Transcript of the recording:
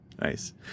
nice